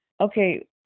okay